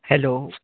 hello